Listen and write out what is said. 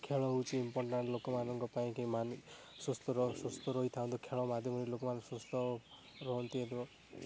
ଖେଳ ହେଉଛି ଇମ୍ପୋଟାଣ୍ଟ୍ ଲୋକମାନଙ୍କ ପାଇଁକି ସୁସ୍ଥର ସୁସ୍ଥ ରହିଥାନ୍ତୁ ଖେଳ ମାଧ୍ୟମରେ ଲୋକମାନେ ସୁସ୍ଥ ରୁହନ୍ତି ଏବଂ